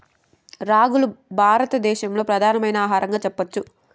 రాగులు భారత దేశంలో ప్రధానమైన ఆహారంగా చెప్పచ్చు